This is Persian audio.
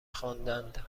خواندند